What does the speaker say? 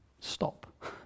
stop